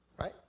Right